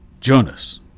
Jonas